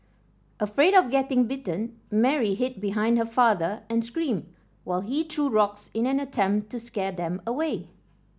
afraid of getting bitten Mary hid behind her father and screamed while he threw rocks in an attempt to scare them away